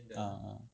ah